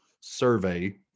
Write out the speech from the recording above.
survey